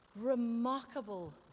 remarkable